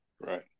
Right